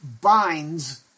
binds